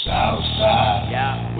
Southside